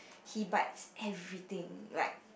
he pipes every thing like